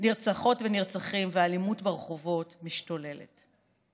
נרצחות ונרצחים, והאלימות ברחובות משתוללת.